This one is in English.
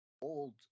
old